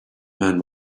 man